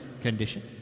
condition